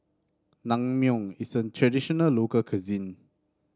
Naengmyeon is a traditional local cuisine